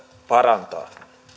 parantaa työllisyyskehitystä